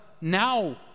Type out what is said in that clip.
now